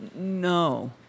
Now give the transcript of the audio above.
no